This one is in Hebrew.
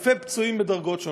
אלפי פצועים בדרגות שונות.